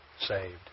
saved